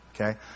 Okay